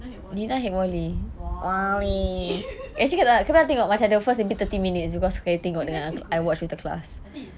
I hate wall E wall E it's actually good lah I think it's